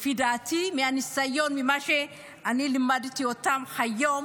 לפי דעתי, מהניסיון, ממה שאני לימדתי אותן, והיום